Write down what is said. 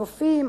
הנופים,